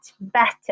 better